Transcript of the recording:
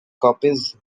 copies